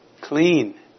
clean